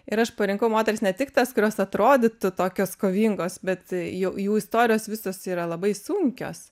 ir aš parinkau moteris ne tik tas kurios atrodytų tokios kovingos bet jau jų istorijos visos yra labai sunkios